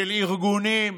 של ארגונים.